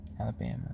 Alabama